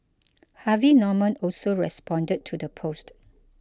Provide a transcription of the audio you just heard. Harvey Norman also responded to the post